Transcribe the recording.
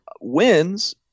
wins